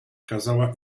kazała